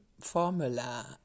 formula